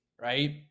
right